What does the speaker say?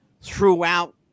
throughout